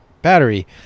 battery